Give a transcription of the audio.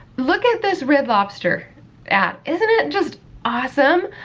look at this red lobster ad. isn't it just awesome?